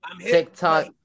TikTok